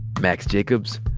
max jacobs,